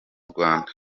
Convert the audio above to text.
rwanda